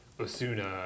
Osuna